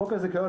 חוק הזיכיון,